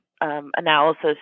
analysis